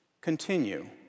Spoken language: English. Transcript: Continue